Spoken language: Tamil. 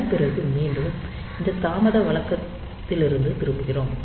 அதன் பிறகு மீண்டும் இந்த தாமத வழக்கத்திலிருந்து திரும்பிகிறோம்